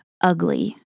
ugly